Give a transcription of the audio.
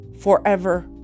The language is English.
forever